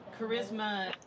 Charisma